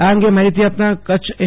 આ અંગે માહિતી આપતા કચ્છ એસ